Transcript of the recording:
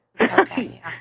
Okay